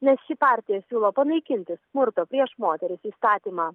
nes ši partija siūlo panaikinti smurto prieš moteris įstatymą